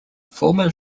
former